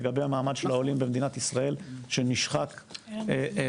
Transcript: לגבי מעמד העולים במדינת ישראל שנשחק דרמטית.